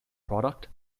product